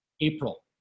April